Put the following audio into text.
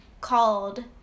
called